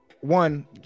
one